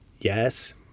Yes